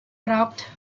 braucht